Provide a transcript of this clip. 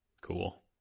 Cool